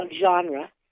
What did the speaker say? genre